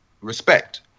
respect